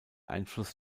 einfluss